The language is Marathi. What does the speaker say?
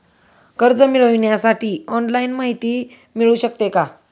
कर्ज मिळविण्यासाठी ऑनलाईन माहिती मिळू शकते का?